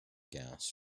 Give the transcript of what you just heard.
gas